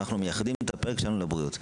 אנחנו מייחדים את הפרק שלנו לבריאות.